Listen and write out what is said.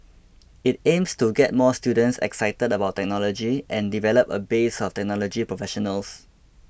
it aims to get more students excited about technology and develop a base of technology professionals